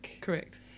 Correct